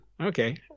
Okay